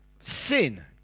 sin